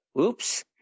oops